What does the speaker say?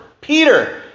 Peter